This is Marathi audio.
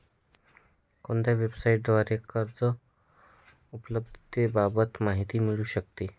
कोणत्या वेबसाईटद्वारे कर्ज उपलब्धतेबाबत माहिती मिळू शकते?